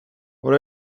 what